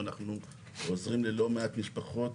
ואנחנו עוזרים ללא מעט משפחות